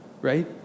right